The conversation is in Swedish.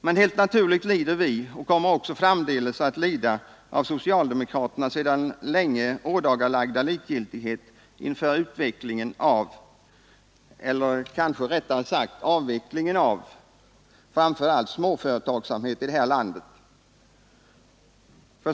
Men helt naturligt lider vi — och kommer också framdeles att lida — av socialdemokraternas sedan länge ådagalagda likgiltighet inför utvecklingen av, eller kanske rättare sagt avvecklingen av, framför allt småföretagsamheten i landet.